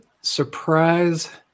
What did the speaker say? surprise